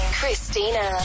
christina